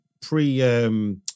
pre